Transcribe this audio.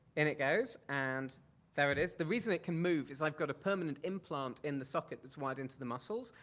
in it goes, and there it is. the reason it can move is i've got a permanent implant in the socket that's wired into the muscles,